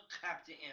Captain